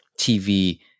TV